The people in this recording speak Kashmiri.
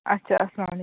اَچھا اسلام علیکم